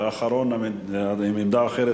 ואחרון המציעים,